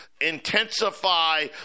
intensify